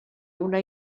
una